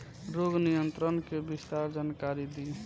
रोग नियंत्रण के विस्तार जानकारी दी?